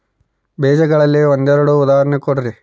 ಬೇಜಗಳಿಗೆ ಒಂದೆರಡು ಉದಾಹರಣೆ ಕೊಡ್ರಿ?